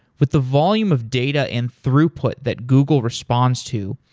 with the volume of data in throughput that google response to,